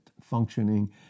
functioning